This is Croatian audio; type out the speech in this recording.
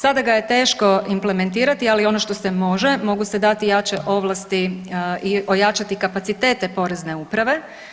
Sada ga je teško implementirati, ali ono što se može mogu se dati jače ovlasti i ojačati kapacitete porezne uprave.